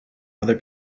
other